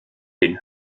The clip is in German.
den